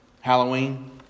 Halloween